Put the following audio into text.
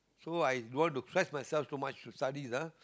so i don't want to stress myself too much to study ah